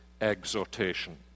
exhortation